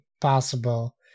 possible